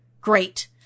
Great